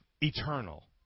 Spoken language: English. eternal